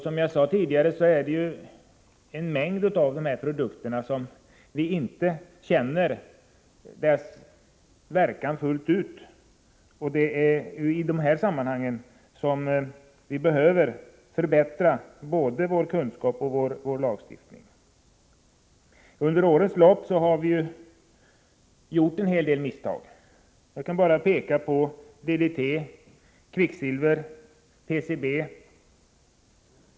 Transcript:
När det gäller en mängd av de produkterna känner vi inte verkningarna fullt ut. Det är i det sammanhanget som vi behöver förbättra både vår kunskap och vår lagstiftning. Under årens lopp har vi gjort en hel del misstag. Jag kan nämna DDT, kvicksilver och PCB.